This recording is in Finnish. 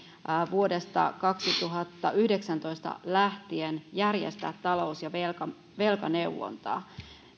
vuodesta kaksituhattayhdeksäntoista lähtien järjestää talous ja velkaneuvontaa